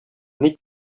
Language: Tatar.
ник